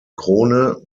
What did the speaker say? krone